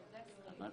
לא,